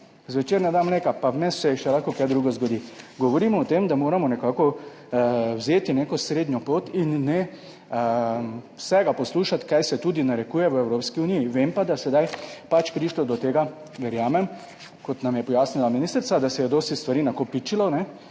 zvečer ne da mleka, pa vmes se še lahko kaj drugega zgodi. Govorimo o tem, da moramo nekako vzeti neko srednjo pot in ne vsega poslušati, kaj se tudi narekuje v Evropski uniji. Vem pa, da sedaj pač prišlo do tega, verjamem, kot nam je pojasnila ministrica, da se je dosti stvari nakopičilo in